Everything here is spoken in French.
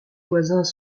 voisins